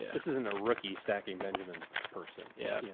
yeah this isn't a rookie stacking benjamins person. yeah yeah